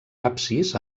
absis